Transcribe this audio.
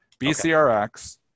BCRX